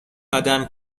آدم